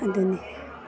ꯑꯗꯨꯅꯤ